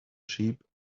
sheep